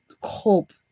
cope